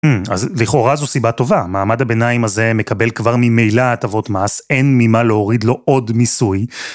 לכאורה זו סיבה טובה, מעמד הביניים הזה מקבל כבר ממילא הטבות מס, אין ממה להוריד לו עוד מיסוי.